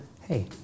hey